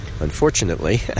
Unfortunately